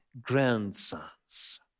grandsons